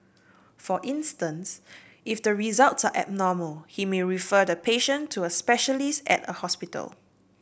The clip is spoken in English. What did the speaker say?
for instance if the results are abnormal he may refer the patient to a specialist at a hospital